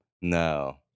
No